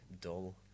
dull